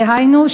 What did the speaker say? דהיינו,